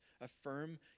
Affirm